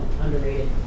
underrated